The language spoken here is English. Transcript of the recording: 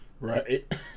Right